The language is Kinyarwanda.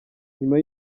nyuma